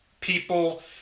People